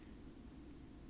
most of them